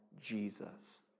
Jesus